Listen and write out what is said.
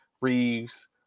Reeves